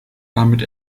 damit